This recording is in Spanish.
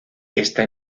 esta